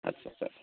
आच्चा आच्चा